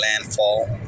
landfall